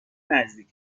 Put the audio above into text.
نزدیک